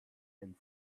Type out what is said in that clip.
and